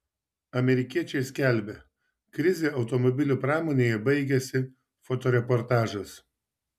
amerikiečiai skelbia krizė automobilių pramonėje baigėsi fotoreportažas